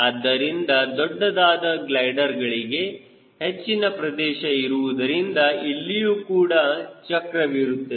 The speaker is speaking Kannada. ಆದ್ದರಿಂದ ದೊಡ್ಡದಾದ ಗ್ಲೈಡರ್ ಗಳಿಗೆ ಹೆಚ್ಚಿನ ಪ್ರದೇಶ ಇರುವುದರಿಂದ ಇಲ್ಲಿಯೂ ಕೂಡ ಚಕ್ರ ವಿರುತ್ತದೆ